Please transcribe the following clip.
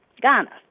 Ghana